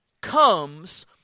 comes